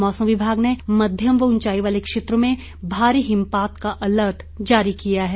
मौसम विभाग ने मध्यम व ऊंचाई वाले क्षेत्रों में भारी हिमपात का अलर्ट जारी किया है